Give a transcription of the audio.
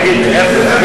תגיד לי.